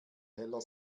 heller